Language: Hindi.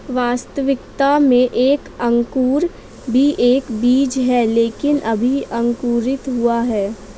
वास्तविकता में एक अंकुर भी एक बीज है लेकिन अभी अंकुरित हुआ है